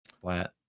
Flat